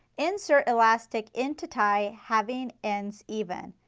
insert elastic into tie having ends even,